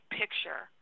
picture